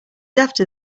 after